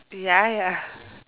ya ya